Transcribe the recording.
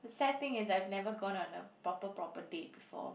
sad thing is I've never gone on a proper proper date before